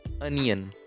onion